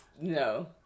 No